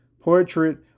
portrait